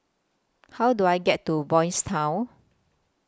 How Do I get to Boys' Town